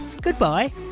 goodbye